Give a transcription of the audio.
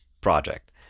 project